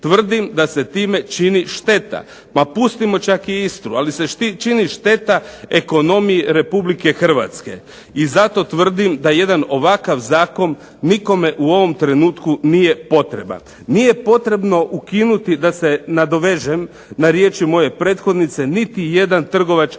Tvrdim da se time čini šteta. Ma pustimo čak i Istru, ali se čini šteta ekonomiji Republike Hrvatske. I zato tvrdim da jedan ovakav zakon nikome u ovome trenutku nije potreban. Nije potrebno ukinuti, da se nadovežem na riječi moje prethodnice, niti jedan trgovački